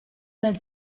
nel